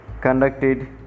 conducted